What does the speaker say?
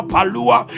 Palua